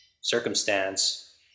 circumstance